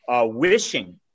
wishing